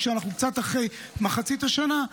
כשאנחנו קצת אחרי מחצית השנה,